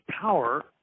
power